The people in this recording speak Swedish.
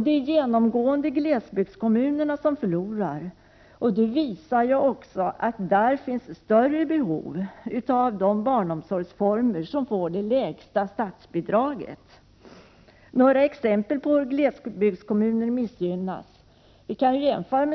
Det är genomgående glesbygdskommunerna som förlorar, och detta visar att det där finns större behov av de barnomsorgsformer som får det lägsta statsbidraget. Jag vill ta några exempel på hur glesbygdskommuner missgynnas.